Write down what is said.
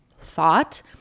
thought